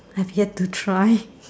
I've yet to try